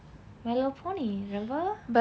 my little pony remember